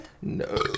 no